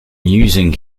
using